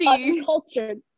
uncultured